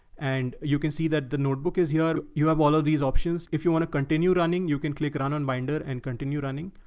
and you can see that the notebook is here, you have all of these options. if you want to continue running, running, you can click, run on binder and continue running.